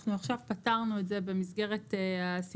אנחנו עכשיו פתרנו את זה במסגרת הסיכום